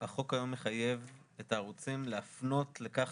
החוק היום מחייב את הערוצים להפנות לכך